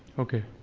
okay.